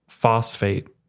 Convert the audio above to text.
Phosphate